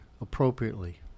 appropriately